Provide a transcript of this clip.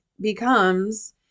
becomes